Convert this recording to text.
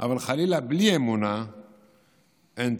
אבל, חלילה, בלי אמונה אין תירוצים.